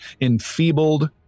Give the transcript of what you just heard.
enfeebled